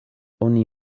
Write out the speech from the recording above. oni